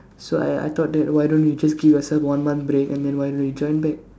so I I thought that why don't you just give yourself one month break and then why don't you join back